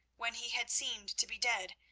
when he had seemed to be dead,